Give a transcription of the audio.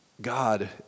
God